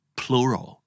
plural